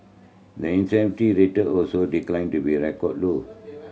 the rate also declined to be a record low